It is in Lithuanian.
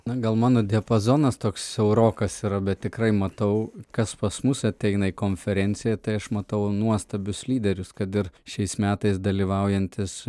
na gal mano diapazonas toks siaurokas yra bet tikrai matau kas pas mus ateina į konferenciją tai aš matau nuostabius lyderius kad ir šiais metais dalyvaujantis